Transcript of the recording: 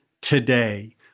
today